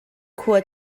khua